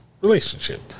relationship